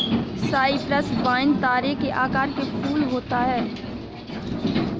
Cyprus vine तारे के आकार के फूल होता है